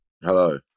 Hello